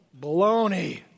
baloney